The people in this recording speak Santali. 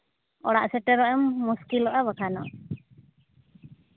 ᱚᱲᱟᱜ ᱥᱮᱴᱮᱨᱚᱜ ᱮᱢ ᱢᱩᱥᱠᱤᱞᱚᱜᱼᱟ ᱵᱟᱠᱷᱟᱱᱚᱜ